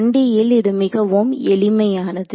1D ல் இது மிகவும் எளிமையானது